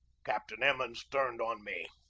captain emmons turned on me.